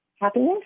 happiness